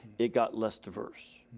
it got less diverse.